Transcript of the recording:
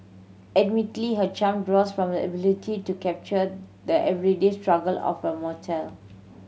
admittedly her charm draws from her ability to capture the everyday struggle of a mortal